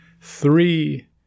Three